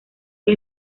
que